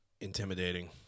intimidating